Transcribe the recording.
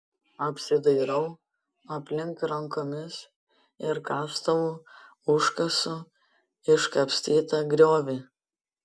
apsidairau aplink rankomis ir kastuvu užkasu iškapstytą griovį